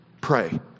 pray